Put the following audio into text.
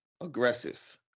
aggressive